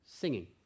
singing